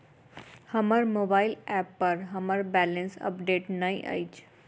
हमर mobile app पर हमर बैलेंस अपडेट नहि अछि